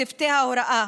צוותי ההוראה,